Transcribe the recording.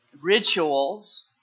rituals